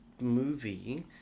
movie